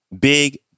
Big